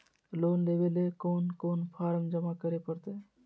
Loan लेवे ले कोन कोन फॉर्म जमा करे परते?